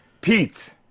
Pete